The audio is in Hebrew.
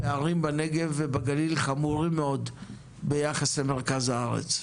הפערים בנגב ובגליל חמורים מאוד ביחס למרכז הארץ.